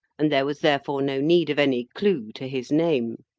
and there was therefore no need of any clue to his name.